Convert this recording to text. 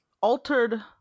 altered